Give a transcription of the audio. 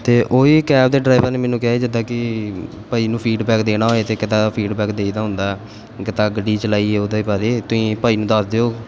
ਅਤੇ ਉਹੀ ਕੈਬ ਦੇ ਡਰਾਈਵਰ ਮੈਨੂੰ ਕਿਹਾ ਜਿੱਦਾਂ ਕਿ ਭਾਅ ਜੀ ਨੂੰ ਫੀਡਬੈਕ ਦੇਣਾ ਹੋਏ ਤਾਂ ਕਿੱਦਾਂ ਫੀਡਬੈਕ ਦਈਦਾ ਹੁੰਦਾ ਕਿੱਦਾਂ ਗੱਡੀ ਚਲਾਈ ਉਹਦੇ ਬਾਰੇ ਤੁਸੀਂ ਭਾਅ ਜੀ ਨੂੰ ਦੱਸ ਦਿਓ